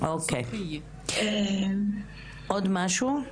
אוקיי, עוד משהו?